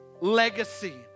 Legacy